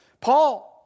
Paul